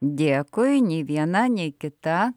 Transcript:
dėkui nei viena nei kita